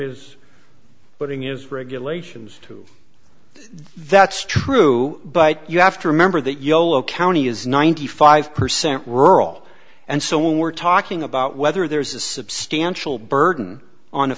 is putting is regulations to that's true but you have to remember that yolo county is ninety five percent rural and so when we're talking about whether there's a substantial burden on a